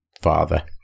father